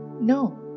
No